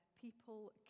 people